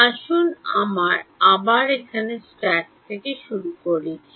আসুন আমরা আবার এখানে স্ক্র্যাচ থেকে শুরু করি